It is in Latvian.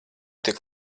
tik